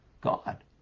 God